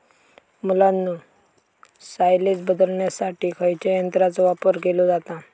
मुलांनो सायलेज बदलण्यासाठी खयच्या यंत्राचो वापर केलो जाता?